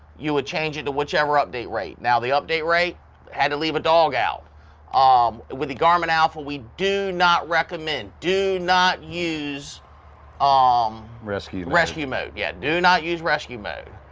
you would change it to whichever update rate. now the update rate had to leave a dog out um with the garmin alpha we do not recommend do not use um rescue rescue mode. yeah do not use rescue mode.